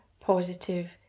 positive